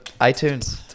iTunes